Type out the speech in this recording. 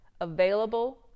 available